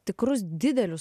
tikrus didelius